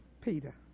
Peter